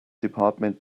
department